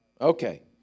Okay